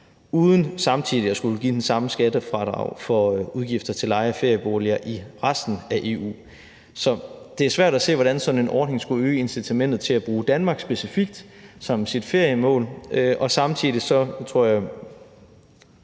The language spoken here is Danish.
uden samtidig at skulle give det samme skattefradrag for udgifter til leje af ferieboliger i resten af EU. Kl. 18:40 Så det er svært at se, hvordan sådan en ordning skulle øge incitamentet til specifikt at bruge Danmark som sit feriemål. Og samtidig vil jeg